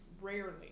rarely